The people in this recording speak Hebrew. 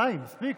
די, מספיק,